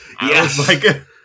yes